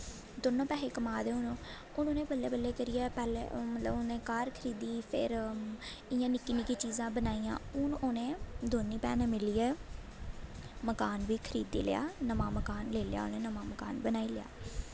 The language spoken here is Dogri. दौंनो पैहे कमा दे हून हून उ'नें बल्लें बल्लें करियै पैह्लैं मतलब उ'नें घर खरीदी फिर इ'यां निक्की निक्की चीज़ां बनाइयां हून उ'नें दौनें भैनैं मिलियै मकान बी खरीदी लेआ नमां मकान लेई लेआ उ'नें नमां मकान बनाई लेआ